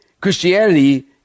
Christianity